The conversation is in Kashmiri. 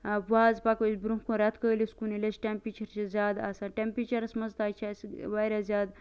وَنۍ حظ پکو أسۍ برونٛہہ کُن ریٚتکٲلِس کُن ییٚلہِ اَسہِ ٹیٚمپیٚچر چھُ زیاد آسان ٹیٚمپیثرس مَنٛز تہِ حظ چھ اَسہِ واریاہ زیاد